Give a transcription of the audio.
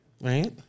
Right